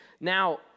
Now